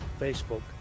Facebook